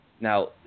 Now